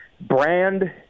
brand